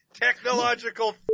Technological